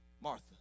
Martha